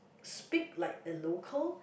speak like a local